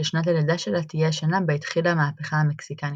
ששנת הלידה שלה תהיה השנה בה התחילה המהפכה המקסיקנית,